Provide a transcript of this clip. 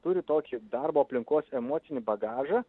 turi tokį darbo aplinkos emocinį bagažą